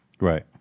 right